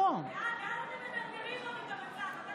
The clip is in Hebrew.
לאן אתם מדרדרים עוד את המצב?